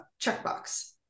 Checkbox